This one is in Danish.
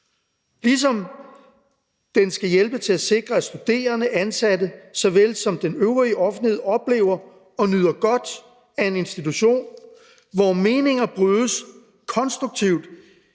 ligesom den skal hjælpe til at sikre, at studerende, ansatte såvel som den øvrige offentlighed oplever og nyder godt af en institution, hvor meninger brydes konstruktivt